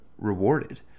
rewarded